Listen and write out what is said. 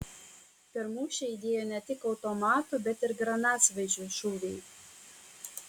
per mūšį aidėjo ne tik automatų bet ir granatsvaidžių šūviai